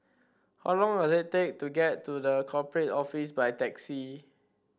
how long does it take to get to The Corporate Office by taxi